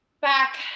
back